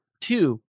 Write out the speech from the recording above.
two